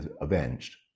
avenged